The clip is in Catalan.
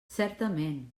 certament